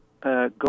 go